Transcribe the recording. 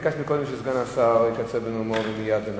ביקשת שסגן השר יקצר בנאומו ומייד זה נעשה.